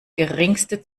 geringste